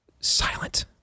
silent